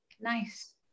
Nice